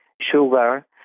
sugar